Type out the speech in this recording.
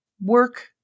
work